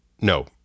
No